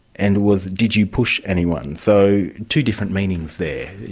and was did you push anyone? so two different meanings there.